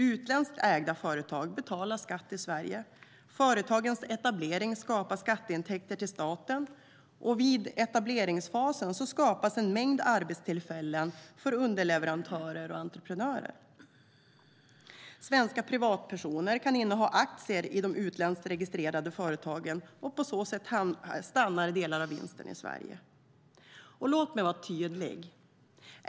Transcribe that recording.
Utländskt ägda företag betalar skatt i Sverige. Företagens etablering skapar skatteintäkter till staten, och i etableringsfasen skapas en mängd arbetstillfällen för underleverantörer och entreprenörer. Svenska privatpersoner kan inneha aktier i de utländskt registrerade företagen, och på så sätt stannar delar av vinsten i Sverige. Låt mig vara tydlig.